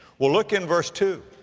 well look in verse two.